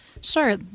Sure